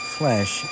flesh